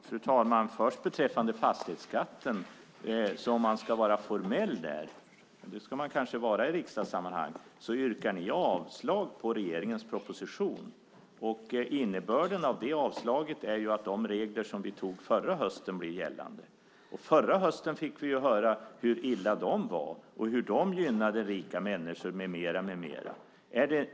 Fru talman! Låt mig börja med fastighetsskatten. Om man ska vara formell, och det ska man kanske vara i riksdagssammanhang, yrkar ni avslag på regeringens proposition, Lars Johansson. Innebörden av det avslaget är att de regler vi antog förra hösten blir gällande. Förra hösten fick vi höra hur dåliga de var, hur de gynnade rika människor och så vidare.